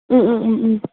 ꯎꯝ ꯎꯝ ꯎꯝ ꯎꯝ